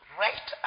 right